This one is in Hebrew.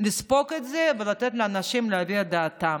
לספוג את זה ולתת לאנשים להביע את דעתם,